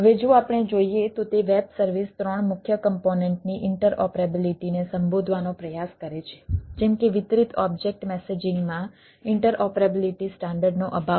હવે જો આપણે જોઈએ તો તે વેબ સર્વિસ ત્રણ મુખ્ય કમ્પોનેન્ટની ઇન્ટરઓપરેબિલિટીને સંબોધવાનો પ્રયાસ કરે છે જેમ કે વિતરિત ઓબ્જેક્ટ મેસેજિંગમાં ઇન્ટરઓપરેબિલિટી સ્ટાન્ડર્ડનો અભાવ